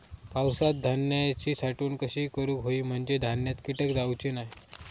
पावसात धान्यांची साठवण कशी करूक होई म्हंजे धान्यात कीटक जाउचे नाय?